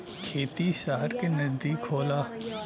खेती सहर के नजदीक होला